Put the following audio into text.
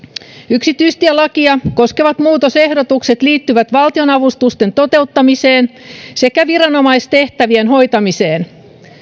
yksityistielakia koskevat muutosehdotukset liittyvät valtionavustusten toteuttamiseen sekä viranomaistehtävien hoitamiseen